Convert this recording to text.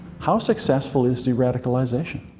how successful is de-radicalization?